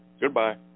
Goodbye